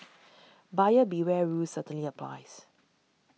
buyer beware rule certainly applies